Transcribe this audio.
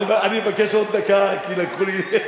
אני מבקש עוד דקה, כי לקחו לי.